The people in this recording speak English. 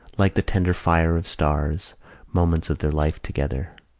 like the tender fire of stars moments of their life together,